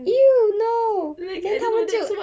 !eww! no then 他们就